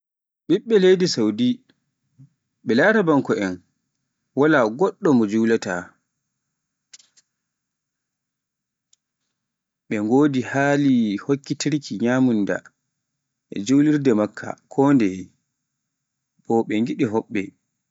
ɓiɓɓe leydi Saudi ɓe larabanko'en Julowooɓe, wala ngoɗɗo mo julaata, ɓe ngodi hali hokkitirki nyamunda e julirde Makka kondeye, bo ɓe giɗi hoɓɓe.